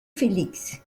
félix